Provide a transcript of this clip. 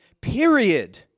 Period